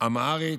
אמהרית,